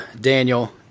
daniel